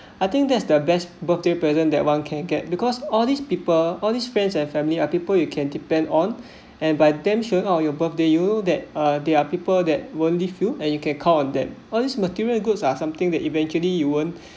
I think that's the best birthday present that one can get because all these people all these friends and family are people you can depend on and by them should your birthday you that uh there are people that believe you and you can count on them all these material goods are something that eventually you won't